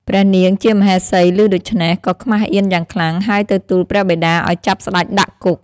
ព្រះនាងជាមហេសីឮដូច្នោះ ក៏ខ្មាសអៀនយ៉ាងខ្លាំង ហើយទៅទូលព្រះបិតាឲ្យចាប់ស្តេចដាក់គុក។